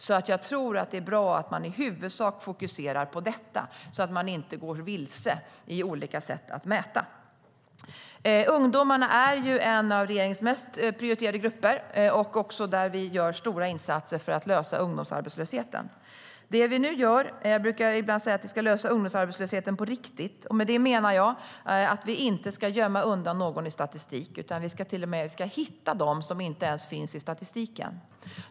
Jag tror alltså att det är bra att man i huvudsak fokuserar på detta och inte går vilse i olika sätt att mäta. Ungdomarna är en av regeringens mest prioriterade grupper, och vi gör stora insatser för att lösa ungdomsarbetslösheten. Jag säger ibland att vi ska lösa ungdomsarbetslösheten på riktigt. Med det menar jag att vi inte ska gömma undan någon i statistik, utan vi ska hitta dem som inte ens finns i statistiken.